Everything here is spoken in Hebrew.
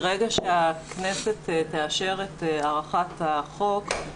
ברגע שהכנסת תאשר את הארכת החוק,